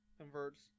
converts